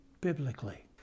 biblically